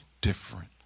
different